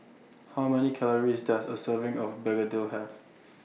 How Many Calories Does A Serving of Begedil Have